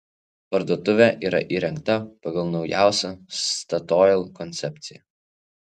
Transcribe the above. parduotuvė yra įrengta pagal naujausią statoil koncepciją